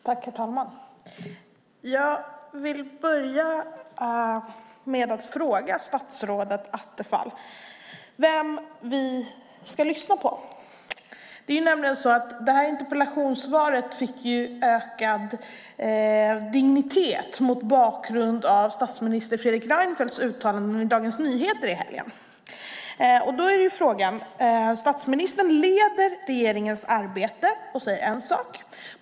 Herr talman! Jag vill börja med att fråga statsrådet Attefall vem vi ska lyssna på. Interpellationssvaret har fått ökad dignitet mot bakgrund av statsminister Fredrik Reinfeldts uttalande i Dagens Nyheter i helgen. Statsministern leder regeringens arbete och säger en viss sak.